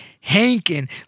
Hankin